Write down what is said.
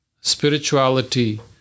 spirituality